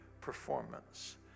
performance